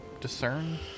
discern